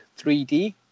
3D